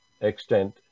extent